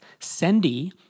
Sendy